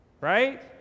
Right